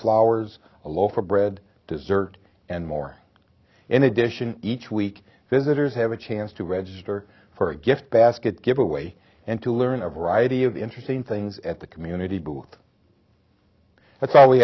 flowers a loaf of bread dessert and more in addition each week visitors have a chance to register for a gift basket giveaway and to learn a variety of interesting things at the community booth that's all we